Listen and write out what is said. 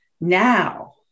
now